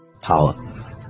power